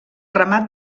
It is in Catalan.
remat